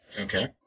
Okay